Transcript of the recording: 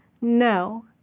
No